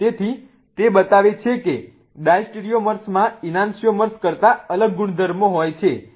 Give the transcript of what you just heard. તેથી તે બતાવે છે કે ડાયસ્ટેરિયોમર્સ માં ઈનાન્સિઓમર્સ કરતાં અલગ ગુણધર્મો હોય છે